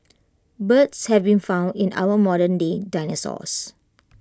birds have been found in our modernday dinosaurs